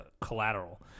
Collateral